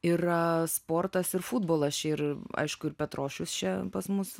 yra sportas ir futbolas čia ir aišku ir petrošius čia pas mus